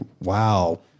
wow